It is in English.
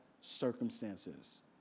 circumstances